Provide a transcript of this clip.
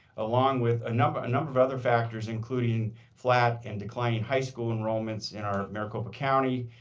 along with a number number of other factors, including flat and declining high school enrollments in our maricopa county.